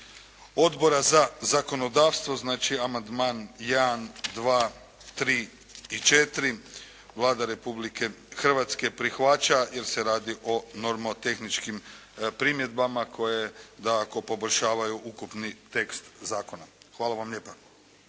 Odbora za zakonodavstvo, znači, amandman 1, 2, 3 i 4 Vlada Republike Hrvatske prihvaća jer se radi o normotehničkim primjedbama koje …/Govornik se ne razumije./… poboljšavaju ukupni tekst zakona. Hvala vam lijepa.